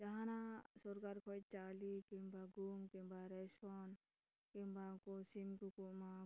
ᱡᱟᱦᱟᱱᱟᱜ ᱥᱚᱨᱠᱟᱨ ᱠᱷᱚᱱ ᱪᱟᱣᱞᱮ ᱠᱤᱢᱵᱟ ᱜᱩᱦᱩᱢ ᱠᱤᱢᱵᱟ ᱨᱮᱥᱚᱱ ᱠᱤᱢᱵᱟ ᱩᱱᱠᱩ ᱥᱤᱢ ᱠᱚᱠᱚ ᱮᱢᱟᱠᱚᱣᱟ